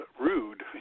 rude